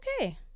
Okay